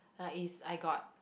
like is I got